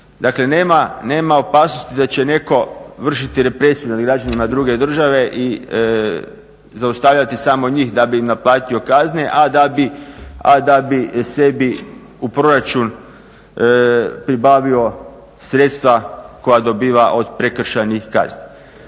Dakle nema opasnosti da će netko vršiti represiju nad građanima druge države i zaustavljati samo njih da bi naplatio kazne a da bi sebi u proračun pribavio sredstva koja dobiva od prekršajnih kazni.